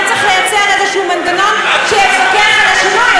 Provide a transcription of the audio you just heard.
מכיוון שצריך לייצר איזה מנגנון שיפקח על השינוי,